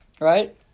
Right